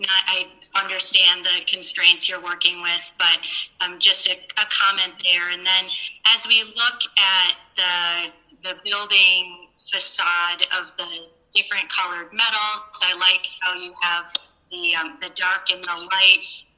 and i understand the constraints you're working with, but um just ah a comment there. and then as we look at the the building facade of the different color of metal, so i like how you have yeah um the dark and the light.